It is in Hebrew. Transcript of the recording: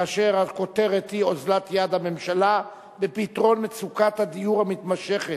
הכותרת היא: אוזלת יד הממשלה בפתרון מצוקת הדיור המתמשכת,